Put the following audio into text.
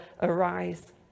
arise